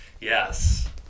Yes